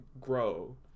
grow